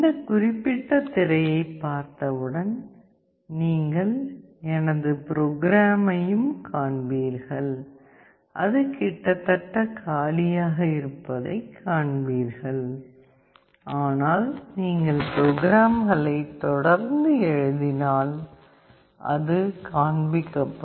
இந்த குறிப்பிட்ட திரையைப் பார்த்தவுடன் நீங்கள் எனது ப்ரோக்ராமையும் காண்பீர்கள் அது கிட்டத்தட்ட காலியாக இருப்பதைக் காண்பீர்கள் ஆனால் நீங்கள் ப்ரோக்ராம்களை தொடர்ந்து எழுதினால் அது காண்பிக்கப்படும்